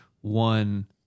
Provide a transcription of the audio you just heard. one